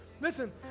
Listen